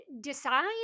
decide